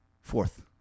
Fourth